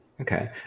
Okay